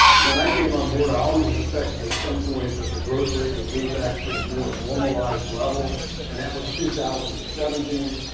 when i came on board, i always expected at some point that the growth rate would move back to a more normalized level and that was two thousand and seventeen,